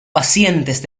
pacientes